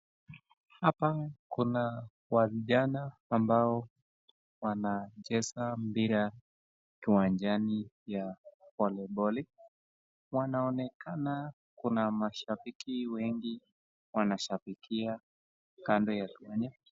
Hapa kuna wasichana ambao wanacheza mpira kiwanjani wa voliboli. Wanaonekana kuna mashabiki wengi wanashabikia kando ya uwanja.